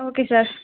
okay sir